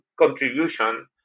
contribution